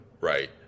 right